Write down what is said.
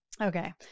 Okay